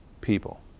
people